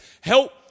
help